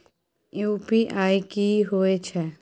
UPI की होय छै?